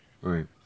right